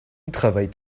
travailles